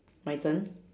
my turn